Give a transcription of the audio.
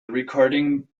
recording